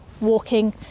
walking